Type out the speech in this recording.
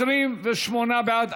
28 בעד.